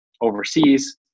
overseas